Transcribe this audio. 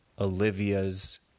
Olivia's